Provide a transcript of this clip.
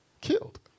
Killed